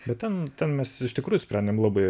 bet ten mes iš tikrųjų sprendėm labai